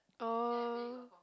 oh